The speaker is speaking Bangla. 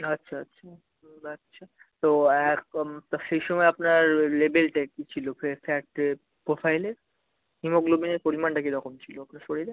আচ্ছা আচ্ছা ও আচ্ছা তো এখ তো সে সময় আপনার ওই লেবেলটায় কী ছিলো ফ্যাটের প্রোফাইলে হিমোগ্লোবিনের পরিমাণটা কী রকম ছিলো আপনার শরীরে